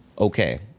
okay